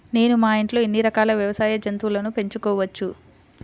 నేను మా ఇంట్లో ఎన్ని రకాల వ్యవసాయ జంతువులను పెంచుకోవచ్చు?